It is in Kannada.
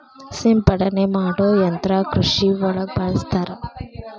ಸಿಂಪಡನೆ ಮಾಡು ಯಂತ್ರಾ ಕೃಷಿ ಒಳಗ ಬಳಸ್ತಾರ